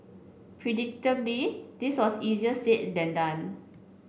predictably this was easier said than done